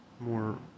more